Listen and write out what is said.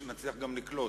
כדי שנצליח גם לקלוט.